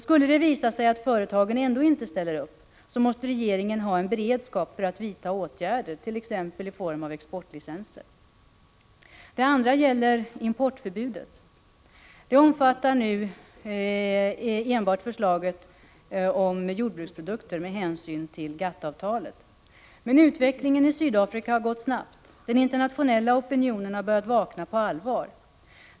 Skulle det visa sig att företagen ändå inte ställer upp måste regeringen ha en beredskap för att vidta åtgärder, t.ex. i form av exportlicenser. Den andra punkten gäller importförbudet. Importförbudet omfattar nu enbart förslaget om jordbruksprodukter med hänsyn till GATT-avtalet. Men utvecklingen i Sydafrika har gått snabbt. Den internationella opinionen har börjat vakna på allvar.